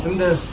the